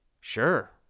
Sure